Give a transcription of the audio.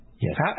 Yes